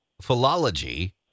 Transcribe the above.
philology